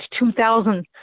2000